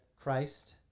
Christ